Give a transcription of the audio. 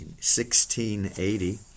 1680